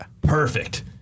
Perfect